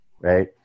right